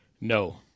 No